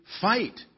fight